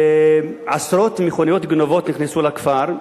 עשרות מכוניות גנובות נכנסו לכפר,